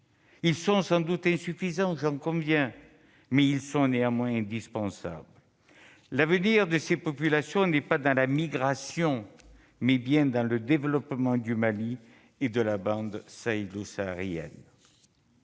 sont sans doute insuffisants- j'en conviens -, mais ils sont indispensables. L'avenir de ces populations n'est pas dans la migration, mais bien dans le développement du Mali et de la bande sahélo-saharienne.